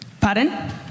Pardon